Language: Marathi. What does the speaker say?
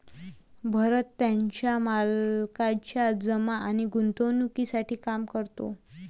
भरत त्याच्या मालकाच्या जमा आणि गुंतवणूकीसाठी काम करतो